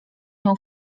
nią